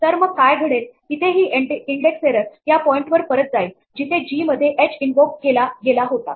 तर मग काय घडेल इथे ही इंडेक्स एरर या पॉईंट वर परत जाईल जिथे जी मध्ये एच इन्वोकinvoke आवाहन केला गेला होता